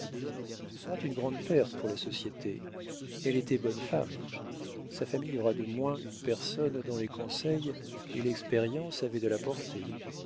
ce sera une grande perte pour la société elle était bonne femme sa famille aura de moins une personne dont les conseils et l'expérience avaient de la portée